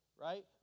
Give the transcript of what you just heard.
right